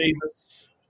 Davis